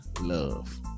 love